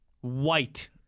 White